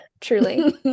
truly